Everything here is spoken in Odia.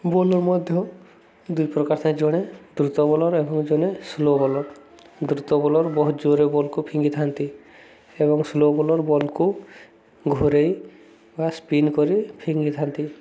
ବୋଲର୍ ମଧ୍ୟ ଦୁଇ ପ୍ରକାର ଥାଏ ଜଣେ ଦ୍ରୁତ ବୋଲର୍ ଏବଂ ଜଣେ ସ୍ଲୋ ବୋଲର୍ ଦ୍ରୁତ ବୋଲର୍ ବହୁତ ଜୋରରେ ବଲ୍କୁ ଫିଙ୍ଗିଥାନ୍ତି ଏବଂ ସ୍ଲୋ ବୋଲର୍ ବଲ୍କୁ ଘୁରେଇ ବା ସ୍ପିନ୍ କରି ଫିଙ୍ଗିଥାନ୍ତି